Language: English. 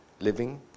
living